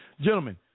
Gentlemen